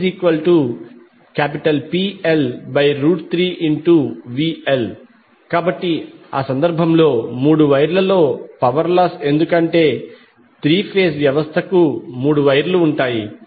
ILIaIaIaPL3VL కాబట్టి ఆ సందర్భంలో మూడు వైర్లలో పవర్ లాస్ ఎందుకంటే త్రీ ఫేజ్ వ్యవస్థకు మూడు వైర్లు ఉంటాయి